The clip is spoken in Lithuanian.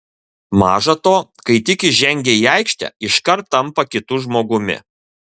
maža to kai tik jis žengia į aikštę iškart tampa kitu žmogumi